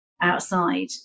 outside